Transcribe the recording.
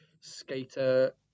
skater